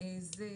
שוב,